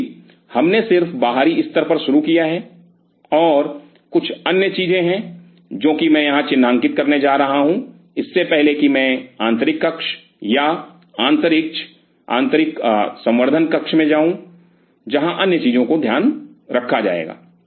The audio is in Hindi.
क्योंकि हमने सिर्फ बाहरी स्तर पर शुरू किया है और कुछ अन्य चीजें हैं जो कि मैं यहाँ चिन्हांकित करने जा रहा हूं इससे पहले कि मैं आंतरिक कक्ष या आंतरिक संवर्धन कक्ष में जाऊँ जहां अन्य चीजों का ध्यान रखा जाएगा